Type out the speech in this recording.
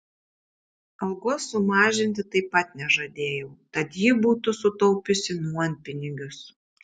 algos sumažinti taip pat nežadėjau tad ji būtų sutaupiusi nuompinigius